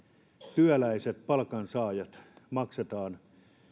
työläiset palkansaajat maksamme